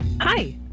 Hi